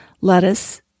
lettuce